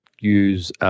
use